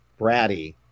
bratty